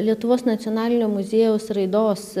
lietuvos nacionalinio muziejaus raidos